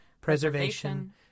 preservation